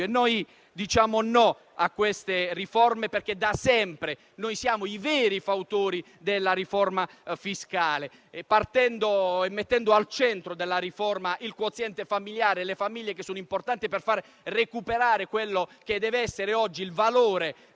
Diciamo di no a queste riforme, perché da sempre siamo i veri fautori della riforma fiscale, mettendovi al centro il quoziente familiare e le famiglie, che sono importanti, per far recuperare quello che dev'essere oggi il valore